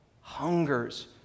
hungers